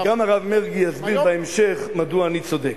--- גם הרב מרגי יסביר בהמשך מדוע אני צודק.